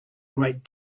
great